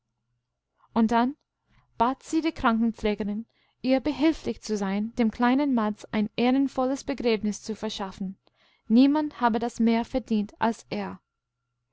und dann bat sie die krankenpflegerin ihr behilflich zu sein dem kleinen mads ein ehrenvolles begräbnis zu verschaffen niemand habe das mehr verdientalser die